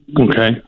Okay